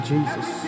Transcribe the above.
Jesus